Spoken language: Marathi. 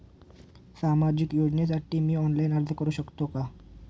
सामाजिक योजनेसाठी मी ऑनलाइन अर्ज करू शकतो का?